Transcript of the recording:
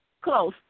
close